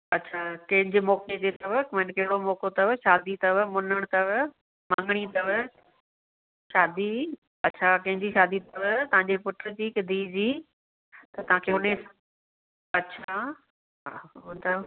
अच्छा कंहिंजे मौक़े जे अथव कहिड़ो मौक़ो अथव शादी अथव मुन्हणु अथव मङणी अथव शादी अच्छा कंहिंजी शादी अथव तव्हां जे पुट जी के धीअ जी त तव्हां खे होॾे अच्छा हो त